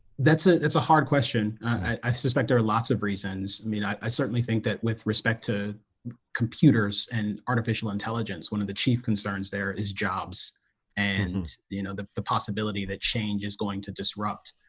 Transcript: that's a that's a hard question i i suspect there are lots of reasons i mean, i i certainly think that with respect to computers and artificial intelligence one of the chief concerns there is jobs and you know the the possibility that change is going to disrupt.